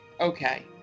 okay